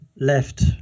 left